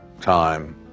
time